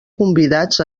convidats